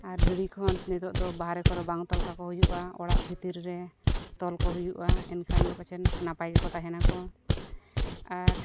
ᱟᱨ ᱵᱷᱤᱲᱤ ᱠᱚᱦᱚᱸ ᱱᱤᱛᱳᱜ ᱫᱚ ᱵᱟᱦᱨᱮ ᱠᱚᱨᱮ ᱵᱟᱝ ᱛᱚᱞ ᱠᱟᱠᱚ ᱦᱩᱭᱩᱜᱼᱟ ᱚᱲᱟᱜ ᱵᱷᱤᱛᱨᱤ ᱨᱮ ᱛᱚᱞ ᱠᱚ ᱦᱩᱭᱩᱜᱼᱟ ᱮᱱᱠᱷᱟᱱ ᱫᱚ ᱯᱟᱪᱮᱫ ᱱᱟᱯᱟᱭ ᱜᱮᱠᱚ ᱛᱟᱦᱮᱱᱟ ᱠᱚ ᱟᱨ